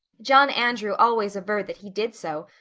john andrew always averred that he did so,